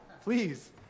please